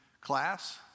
Class